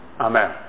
Amen